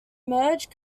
merged